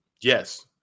yes